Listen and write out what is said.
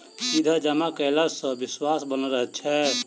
सीधा जमा कयला सॅ विश्वास बनल रहैत छै